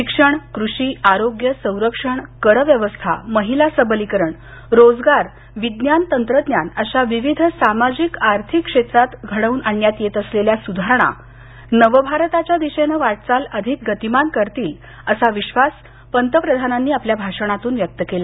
शिक्षण कृषी आरोग्यसंरक्षण कर व्यवस्था महिला सबलीकरण रोजगार विज्ञान तंत्रज्ञान अशा विविध सामाजिक आर्थिक क्षेत्रात घडवून आणण्यात येत असलेल्या सुधारणा नवभारतच्या दिशेनं वाटचाल अधिक गतीमान करतील असा विश्वास पंतप्रधानांनी आपल्या भाषणातून व्यक्त केला